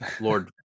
Lord